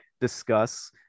discuss